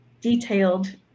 detailed